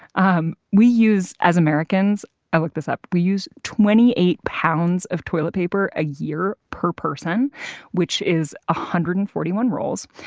um we use, as americans i looked this up we use twenty eight pounds of toilet paper a year per person which is one ah hundred and forty one rolls.